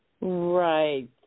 right